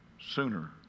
sooner